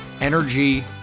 energy